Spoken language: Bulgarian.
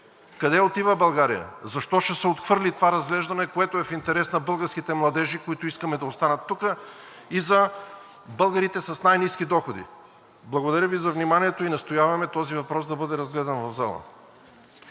Къде отива България? Защо ще се отхвърли това разглеждане, което е в интерес на българските младежи, които искаме да останат тук и за българите с най-ниски доходи? Благодаря Ви за вниманието и настояваме този въпрос да бъде разгледан в залата.